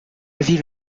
ville